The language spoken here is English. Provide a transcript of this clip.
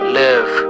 live